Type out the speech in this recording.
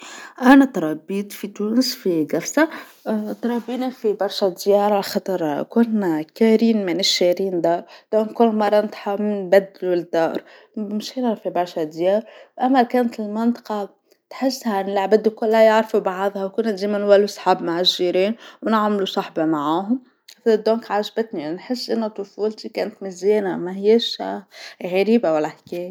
أنا تربيت في تونس في جفسة اتربينا في برشا ديارا خضرا وكنا كارين منيش شاريين دار نضل كل مرة نضحا بنبدلوا الدار مشينا في برشا ديار أما كانت المنطقة تحسها أن العباد كلها يعرفوا بعضها وكنا نجموا صحاب مع الجيران ونعملوا صحبة معاهم في الدونك عجبتني نحس أنه طفولتي كانت مزيانة ماهياش اه غريبة ولا حكاية.